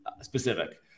specific